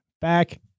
back